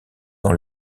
dans